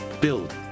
build